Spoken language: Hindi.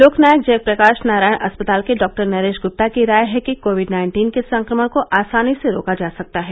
लोक नायक जयप्रकाश नारायण अस्पताल के डॉ नरेश ग्प्ता की राय है कि कोविड नाइन्टीन के संक्रमण को आसानी से रोका जा सकता है